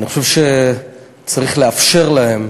אני חושב שצריך לאפשר להם